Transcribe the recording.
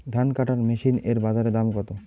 ধান কাটার মেশিন এর বাজারে দাম কতো?